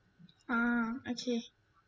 ah okay